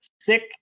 Sick